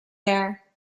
there